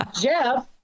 Jeff